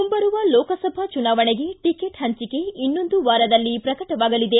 ಮುಂಬರುವ ಲೋಕಸಭಾ ಚುನಾವಣೆಗೆ ಟಕೆಟ್ ಹಂಚಿಕೆ ಇನ್ನೊಂದು ವಾರದಲ್ಲಿ ಪ್ರಕಟವಾಗಲಿದೆ